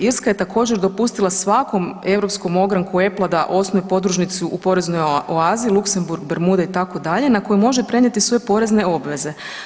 Irska je također dopustila svakom europskom ogranku Apple-a da osnuje podružnicu u poreznoj oazi Luxemburg, Bermude itd., na koji može prenijeti sve porezne obveze.